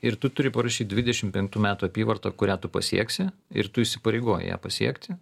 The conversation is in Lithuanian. ir tu turi parašyt dvidešimt penktų metų apyvartą kurią tu pasieksi ir tu įsipareigoji ją pasiekti